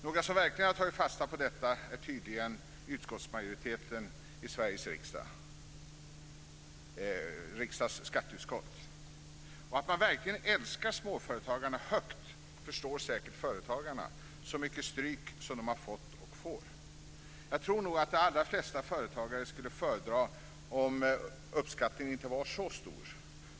Några som verkligen har tagit fasta på detta är tydligen utskottsmajoriteten i riksdagens skatteutskott. Att man verkligen älskar småföretagarna högt förstår säkert företagarna, så mycket stryk som de har fått och får. Jag tror nog att de allra flesta företagare skulle föredra om uppskattningen inte var så stor.